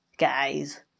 guys